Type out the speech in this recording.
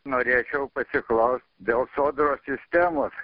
norėčiau pasiklaust dėl sodros sistemos